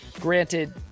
Granted